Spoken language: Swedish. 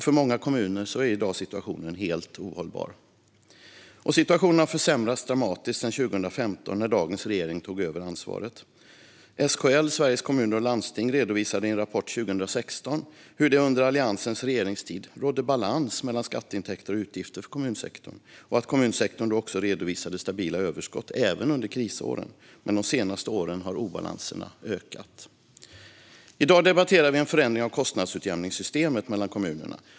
För många kommuner är i dag situationen helt ohållbar. Och situationen har försämrats dramatiskt sedan 2015, när dagens regering tog över ansvaret. SKL, Sveriges Kommuner och Landsting, redovisade i en rapport 2016 hur det under Alliansens regeringstid rådde balans mellan skatteintäkter och utgifter för kommunsektorn och att kommunsektorn då också redovisade stabila överskott, även under krisåren. Men de senaste åren har obalanserna ökat. I dag debatterar vi en förändring av kostnadsutjämningssystemet mellan kommunerna.